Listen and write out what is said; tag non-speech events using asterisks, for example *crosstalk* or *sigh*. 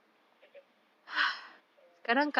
*laughs* err